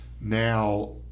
Now